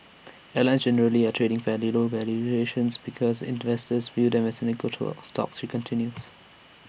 airlines generally are trading fairly low valuations because investors view them as cyclical towards stocks she continues